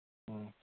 ꯎꯝ